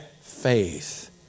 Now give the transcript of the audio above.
faith